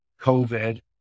COVID